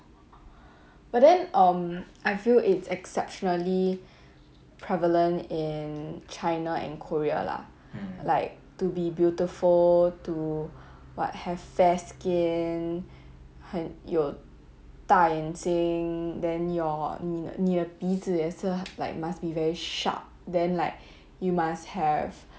but then um I feel it's exceptionally prevalent in china and korea lah like to be beautiful to what have fair skin and 有大眼睛 then your 你的你的鼻子也是 like must be very sharp then like you must have